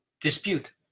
dispute